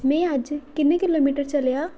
में अज्ज किन्ने किलोमीटर चलेआ